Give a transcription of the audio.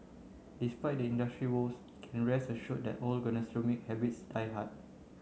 despite the industry's woes it can rest assured that old gastronomic habits die hard